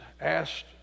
asked